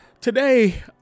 Today